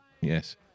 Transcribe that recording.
Yes